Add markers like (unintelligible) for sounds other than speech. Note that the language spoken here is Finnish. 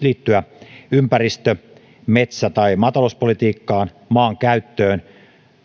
(unintelligible) liittyä esimerkiksi ympäristö metsä tai maatalouspolitiikkaan maankäyttöön